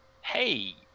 Hey